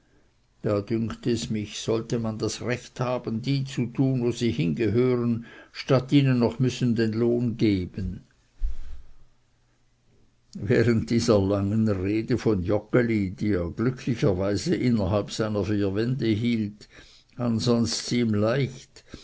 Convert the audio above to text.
da dünkt es mich sollte man das recht haben die zu tun wo sie hingehören statt ihnen noch müssen den lohn zu geben während dieser langen rede von joggeli die er glücklicherweise innerhalb seiner vier wände hielt ansonst sie ihm leicht